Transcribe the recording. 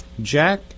jack